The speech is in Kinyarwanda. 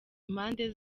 impande